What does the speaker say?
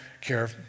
care